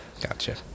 Gotcha